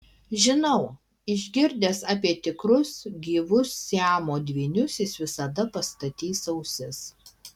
žinau išgirdęs apie tikrus gyvus siamo dvynius jis visada pastatys ausis